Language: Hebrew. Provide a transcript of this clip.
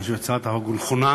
אני חושב שזו הצעת חוק נכונה,